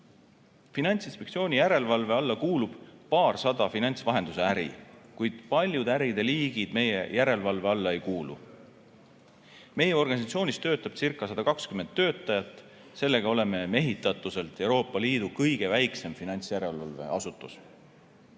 Finantsinspektsiooni järelevalve alla kuulub paarsada finantsvahenduse äri, kuid paljud äriliigid meie järelevalve alla ei kuulu. Meie organisatsioonis töötabcirca120 töötajat, sellega oleme mehitatuselt Euroopa Liidu kõige väiksem finantsjärelevalveasutus.